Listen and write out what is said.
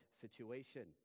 situation